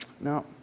No